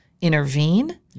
intervene